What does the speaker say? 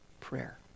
prayer